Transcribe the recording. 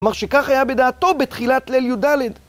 כלומר שכך היה בדעתו בתחילת ליל י"ד